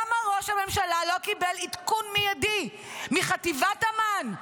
למה ראש הממשלה לא קיבל עדכון מיידי מחטיבת אמ"ן?